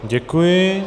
Děkuji.